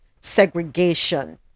segregation